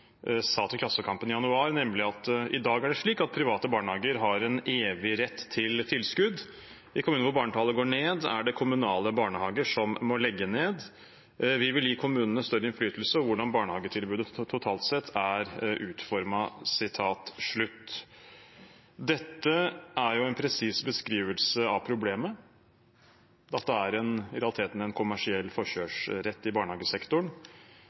sa til Klassekampen i januar, nemlig: «I dag er det slik at private barnehagar har ein evig rett til tilskot. I kommunar der barnetalet går ned, er det kommunale barnehagar som må legge ned. Vi vil gi kommunane større innflytelse over korleis barnehagetilbodet totalt sett er forma ut.» Dette er en presis beskrivelse av problemet, at det i realiteten er en kommersiell forkjørsrett i barnehagesektoren.